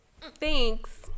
Thanks